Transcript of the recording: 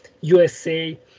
USA